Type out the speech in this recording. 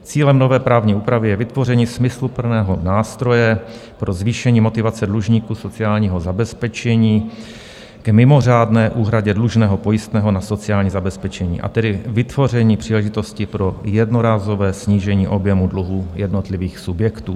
Cílem nové právní úpravy je vytvoření smysluplného nástroje pro zvýšení motivace dlužníků sociálního zabezpečení k mimořádné úhradě dlužného pojistného na sociální zabezpečení, a tedy k vytvoření příležitosti pro jednorázové snížení objemu dluhů jednotlivých subjektů.